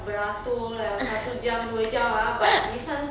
beratur like satu jam dua jam ah but this [one]